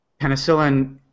Penicillin